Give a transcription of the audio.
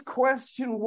question